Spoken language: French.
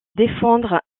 défendre